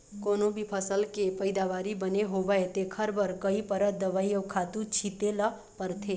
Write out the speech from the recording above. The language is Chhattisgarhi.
कोनो भी फसल के पइदावारी बने होवय तेखर बर कइ परत दवई अउ खातू छिते ल परथे